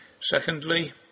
Secondly